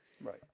Right